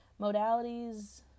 Modalities